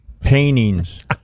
paintings